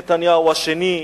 נתניהו השני,